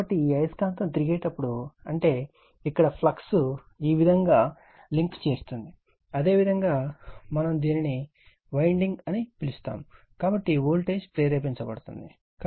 కాబట్టి ఈ అయస్కాంతం తిరిగేటప్పుడు అంటే ఇక్కడ ఫ్లక్స్ ఈ విధంగా లింక్ చేస్తుంది అదేవిధంగా మనం దీనిని వైండింగ్ అని పిలుస్తాము కాబట్టి వోల్టేజ్ ప్రేరేపించబడుతుంది